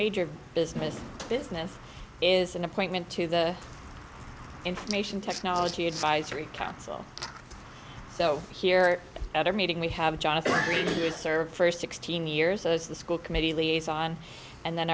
major business business is an appointment to the information technology advisory council so here at our meeting we have jonathan freed is served for sixteen years as the school committee liaison and then